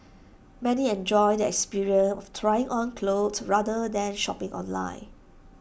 many enjoyed the experience of trying on clothes rather than shopping online